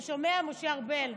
אתה שומע, משה ארבל?